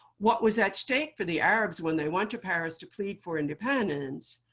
what was at stake for the arabs, when they went to paris to plead for independence,